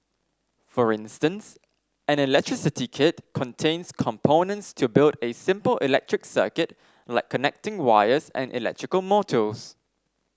for instance an electricity kit contains components to build a simple electric circuit like connecting wires and electrical motors